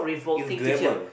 is grammar